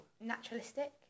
naturalistic